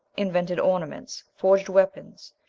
invented ornaments, forged weapons,